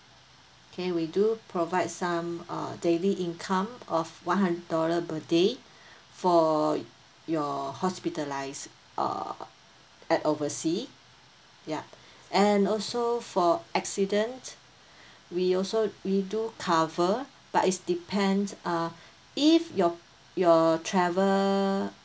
K we do provide some uh daily income of one hundred dollar per day for your hospitalised uh at oversea yup and also for accident we also we do cover but is depend uh if your your travel